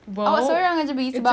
awak seorang jer pergi sebab